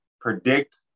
predict